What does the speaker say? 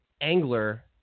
angler